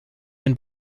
dem